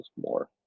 more